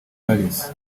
paris